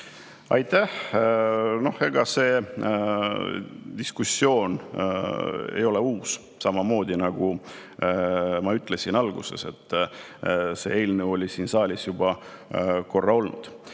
Aitäh! Noh, ega see diskussioon ei ole uus. Nagu ma ütlesin alguses, on see eelnõu siin saalis juba korra olnud.